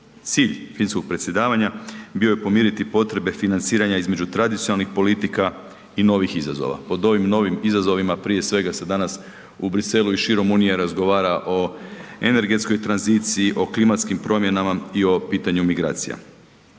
Cilj finskog predsjedavanja bio je podmiriti potrebe financiranja između tradicionalnih politika i novih izazova. Pod ovim novim izazovima prije svega se danas u Bruxellesu i širom unije razgovara o energetskoj tranziciji, o klimatskim promjenama i o pitanju migracija.